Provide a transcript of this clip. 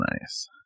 nice